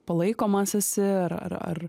palaikomas esi ar ar ar